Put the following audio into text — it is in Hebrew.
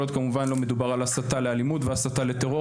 כל עוד כמובן לא מדובר על הסתה לאלימות והסתה לטרור,